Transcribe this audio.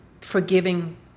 forgiving